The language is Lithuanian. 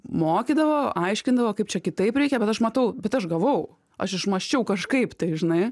mokydavo aiškindavo kaip čia kitaip reikia bet aš matau bet aš gavau aš išmąsčiau kažkaip tai žinai